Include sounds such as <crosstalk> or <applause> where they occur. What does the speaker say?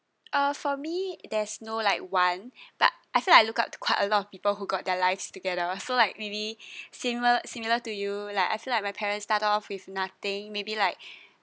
uh for me there's no like one <breath> but I feel like I look up to quite a lot of people who got their life's together so like maybe <breath> similar similar to you like I feel like my parents start off with nothing maybe like <breath>